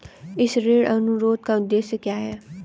इस ऋण अनुरोध का उद्देश्य क्या है?